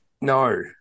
no